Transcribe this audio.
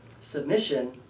submission